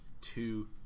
two